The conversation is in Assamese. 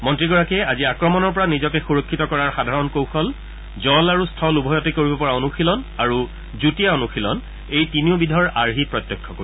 মন্ত্ৰীগৰাকীয়ে আজি আক্ৰমণৰ পৰা নিজকে সুৰক্ষিত কৰাৰ সাধাৰণ কৌশল জল আৰু স্থল উভয়তে কৰিব পৰা অনুশীলন আৰু যুটীয়া অনুশীলন এই তিনিওবিধৰ আৰ্হি প্ৰত্যক্ষ কৰিব